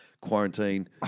Quarantine